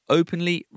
openly